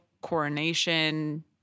coronation